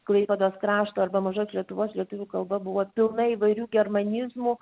klaipėdos krašto arba mažos lietuvos lietuvių kalba buvo pilna įvairių germanizmų